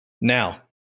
Now